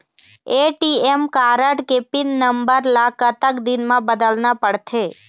ATM card के pin number ला कतक दिन म बदलना पड़थे?